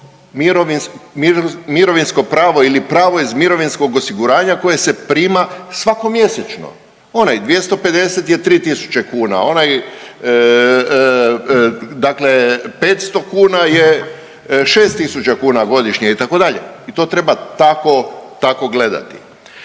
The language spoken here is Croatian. mirovinsko pravo ili pravo iz mirovinskog osiguranja koje se prima svako mjesečno, onaj 250 je 3.000 kuna, onaj dakle 500 kuna je 6.000 kuna godišnje itd. i to treba tako, tako gledati.